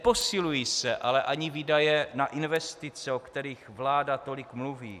Neposilují se ale ani výdaje na investice, o kterých vláda tolik mluví.